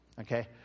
okay